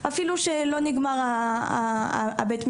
אפילו שלא נגמר הבית משפט,